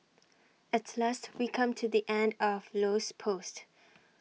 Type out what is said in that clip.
at last we come to the end of Low's post